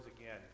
again